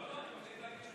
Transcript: לא, לא.